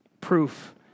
Proof